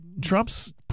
Trump's